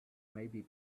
maybe